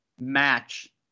match